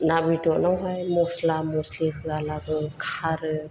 ना बेदरावहाय मस्ला मस्लि होयालाबो खारो